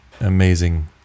amazing